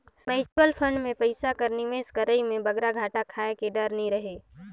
mutual fund में पइसा कर निवेस करई में बगरा घाटा खाए कर डर नी रहें